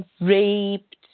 raped